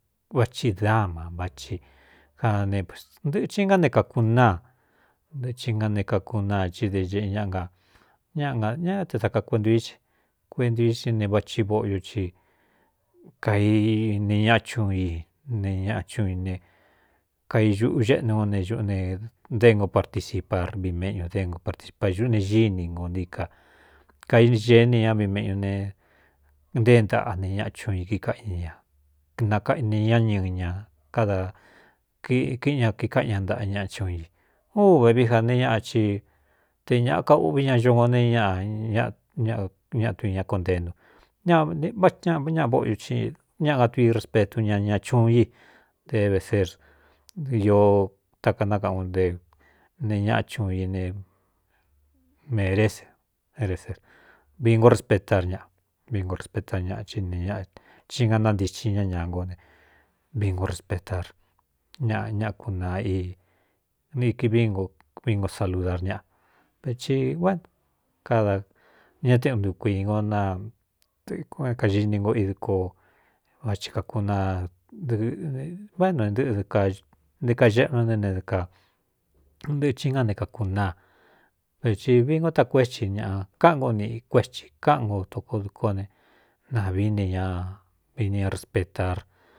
Vachi dáma vathi kanentɨꞌɨcɨ ngá ne kākunáa ntɨɨi na ne kākunaa ci de ēꞌe ñꞌ na ñañate takakuentū i kuentu i si ne vachi voꞌoyu ci kaine ñaꞌa chuun i ne ñaꞌa chuun i ne kaiuꞌuxeꞌnu no ne ꞌ ne nté ngo participar vi méꞌñu déngo partisipa ñuꞌú ne gíni ngo ni ka kaige ni ña vi meꞌñu ne ntéé ntaꞌa ne ñaꞌa chuꞌun i kíkaꞌña ña nakaꞌne ñá ñɨɨ ñā kada kiꞌin ña kikáꞌan ña ntaꞌa ñaꞌa chuun i uvevií jā ne ñaꞌa ci te ñāꞌa ka ûꞌvi ña ñongo ne ñaꞌa tuiña kontenu v ñ ñaꞌa vóꞌoio i ñaꞌa ga tui respetu ña ña chuún i de éveser oo takanákaꞌan o te nee ñaꞌa chuun i ne meré eé reser vi ngo respetar ñaꞌa vi ngo respetar ñaꞌ i nñhí nga nántixhin ñá ña ngo ne vii ngo respetar ñaꞌ ña kunaa niki vovingo saludar ñaꞌa veci á kada ñá te undu kuingo nkaini ngo idɨ ko vachi kakunaaɨɨnváꞌ én n nɨꞌɨ de kaxeꞌnu ne ne kntɨꞌɨ ci ngá ne kākūnáa ve ti vi ngo takuétsi ñaꞌa káꞌan nko niꞌi kuéti káꞌan nko tokodko ne navií ne ña vini ña respetar.